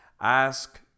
Ask